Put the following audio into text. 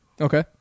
Okay